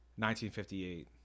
1958